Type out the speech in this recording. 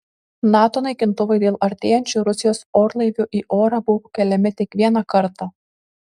nato naikintuvai dėl artėjančių rusijos orlaivių į orą buvo keliami tik vieną kartą